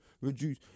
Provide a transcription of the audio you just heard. reduce